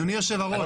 אדוני היושב-ראש,